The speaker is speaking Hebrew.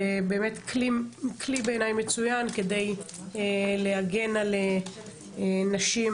ובאמת כלי מצוין בעיניי כדי להגן על נשים